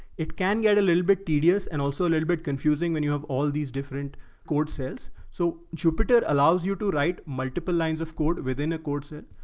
it can get a little bit tedious and also a little bit confusing when you have all these different code cells, so jupyter allows you to write multiple lines of code within a code cell.